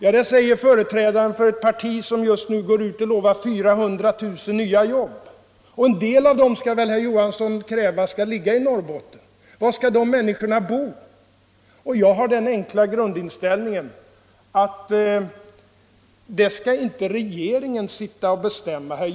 Ja, det säger företrädaren för ett parti som just nu går ut och lovar 400 000 nya jobb. En del av dem kräver han väl skall finnas i Norrbotten. Var skall dessa människor bo? Jag har den enkla grundinställningen att regeringen inte skall bestämma det.